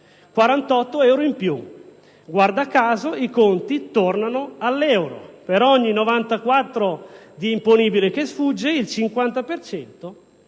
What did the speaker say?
48 euro in più. Guarda caso i conti tornano all'euro: per ogni 94 per cento di imponibile che sfugge, il 50